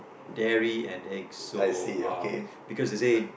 dairy and egg so um because they say